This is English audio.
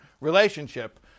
relationship